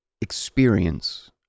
experience